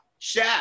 Shaq